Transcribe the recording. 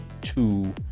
two